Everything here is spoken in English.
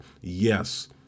Yes